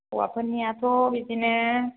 हौवाफोरनियाथ' बिदिनो